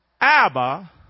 Abba